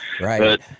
right